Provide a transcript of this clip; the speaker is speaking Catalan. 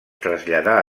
traslladà